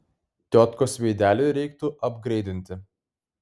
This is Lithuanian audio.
tiotkos veidelį reiktų apgreidinti